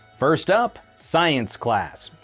first up science class.